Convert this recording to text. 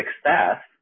success